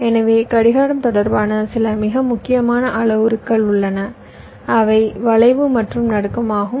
எனவே கடிகாரம் தொடர்பான சில மிக முக்கியமான அளவுருக்கள் உள்ளன அவை வளைவு மற்றும் நடுக்கம் ஆகும்